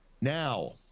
Now